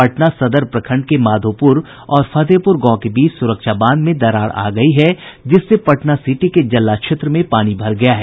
पटना सदर प्रखंड के माधोपुर और फतेहपुर गांव के बीच सुरक्षा बांध में दरार आ गयी है जिससे पटना सिटी के जल्ला क्षेत्र में पानी भर गया है